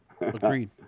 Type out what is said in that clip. Agreed